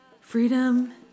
freedom